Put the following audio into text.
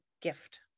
gift